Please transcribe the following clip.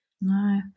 No